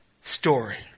story